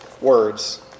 words